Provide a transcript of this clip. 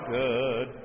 good